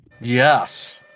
Yes